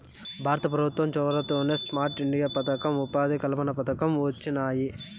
భారత పెభుత్వం చొరవతోనే స్మార్ట్ ఇండియా పదకం, ఉపాధి కల్పన పథకం వొచ్చినాయి